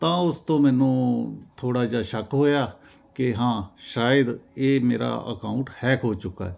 ਤਾਂ ਉਸ ਤੋਂ ਮੈਨੂੰ ਥੋੜ੍ਹਾ ਜਿਹਾ ਸ਼ੱਕ ਹੋਇਆ ਕਿ ਹਾਂ ਸ਼ਾਇਦ ਇਹ ਮੇਰਾ ਅਕਾਊਂਟ ਹੈਕ ਹੋ ਚੁੱਕਾ